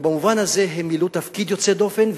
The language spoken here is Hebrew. ובמובן הזה הם מילאו תפקיד יוצא דופן.